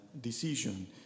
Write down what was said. decision